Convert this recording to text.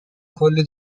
کلی